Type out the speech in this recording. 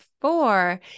four